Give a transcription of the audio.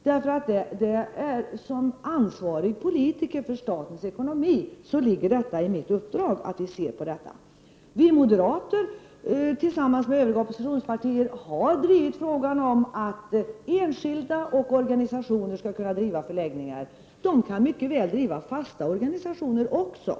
Som politiker och ansvarig för statens ekonomi har jag i uppdrag att se på detta. Vi moderater tillsammans med övriga oppositionspartier har förespråkat att enskilda och organisationer skall kunna driva förläggningar. De kan mycket väl driva fasta förläggningar också.